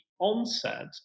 onset